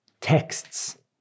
texts